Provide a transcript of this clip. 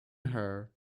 her